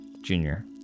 Junior